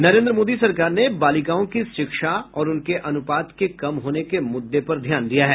नरेन्द्र मोदी सरकार ने बालिकाओं की शिक्षा और उनके अनुपात के कम होने के मुद्दे पर ध्यान दिया है